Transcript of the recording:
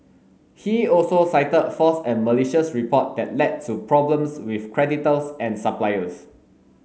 he also cited false and malicious report that led to problems with creditors and suppliers